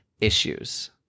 issues